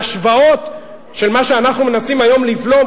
בהשוואות למה שאנחנו מנסים היום לבלום,